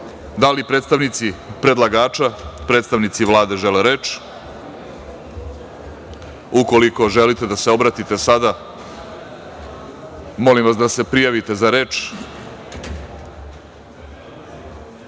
li predstavnici predlagača, predstavnici Vlade žele reč? Ukoliko želite da se obratite sada, molim vas da se prijavite,